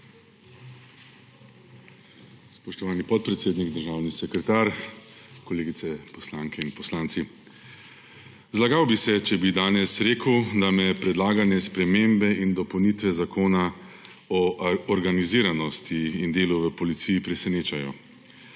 Spoštovani podpredsednik, državni sekretar, kolegice poslanke in poslanci! Zlagal bi se, če bi danes rekel, da me predlagane spremembe in dopolnitve Zakona o organiziranosti in delu v policiji presenečajo.